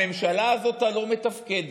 הממשלה הזאת, הלא-מתפקדת,